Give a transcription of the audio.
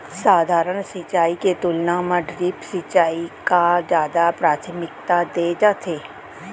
सधारन सिंचाई के तुलना मा ड्रिप सिंचाई का जादा प्राथमिकता दे जाथे